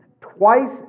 twice